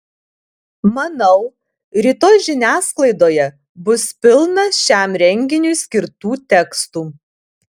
manau rytoj žiniasklaidoje bus pilna šiam renginiui skirtų tekstų